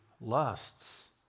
lusts